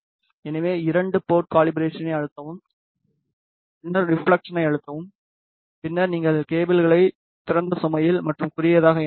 எனவே இரண்டு போர்ட் கலிபராசனை அழுத்தவும் பின்னர் ரெபிலெக்சனை அழுத்தவும் பின்னர் நீங்கள் கேபிள்களை திறந்த சுமையில் மற்றும் குறுகியதாக இணைக்க வேண்டும்